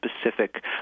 specific